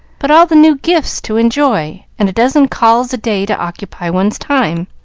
but all the new gifts to enjoy, and a dozen calls a day to occupy one's time?